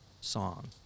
song